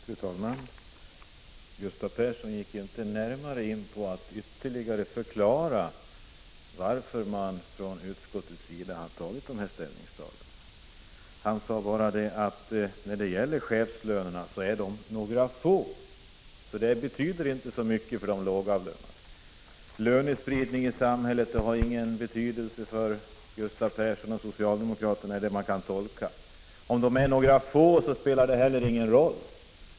Fru talman! Gustav Persson försökte inte ytterligare förklara varför man från utskottets sida har gjort de här ställningstagandena. När det gäller chefslönerna sade han bara att de är få och därför inte betyder så mycket för de lågavlönade. Lönespridningen i samhället har ingen betydelse för Gustav Persson och socialdemokraterna — det är den tolkning man kan göra av detta. Handlar det bara om några få, spelar det heller ingen roll.